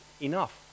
enough